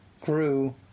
grew